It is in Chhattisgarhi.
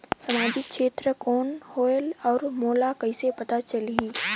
समाजिक क्षेत्र कौन होएल? और मोला कइसे पता चलही?